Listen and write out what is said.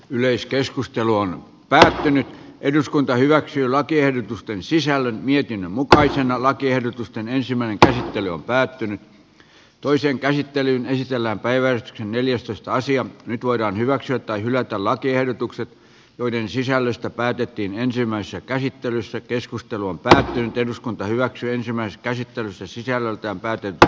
yleiskeskustelu on päättänyt eduskunta hyväksyy lakiehdotusten sisällön vietin mukaisena lakiehdotusten ensimmäinen käsittely on päättynyt toiseen käsittelyyn ei sisällä päivä on neljästoista asian nyt voidaan hyväksyä tai hylätä lakiehdotukset joiden sisällöstä päätettiin ensimmäisessä käsittelyssä keskustelu on päättynyt eduskunta hyväksyy ensimmäiset käsittelyssä sisällöltään päätettä